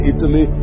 Italy